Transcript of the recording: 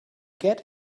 get